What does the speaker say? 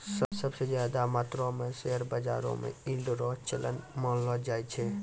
सब स ज्यादा मात्रो म शेयर बाजारो म यील्ड रो चलन मानलो जाय छै